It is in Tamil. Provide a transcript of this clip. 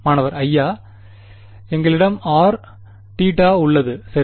மாணவர் ஐயா இல் குறிப்பு நேரம் 0842 எங்களிடம் r θ உள்ளது சரி